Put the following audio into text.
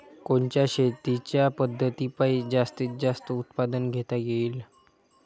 कोनच्या शेतीच्या पद्धतीपायी जास्तीत जास्त उत्पादन घेता येईल?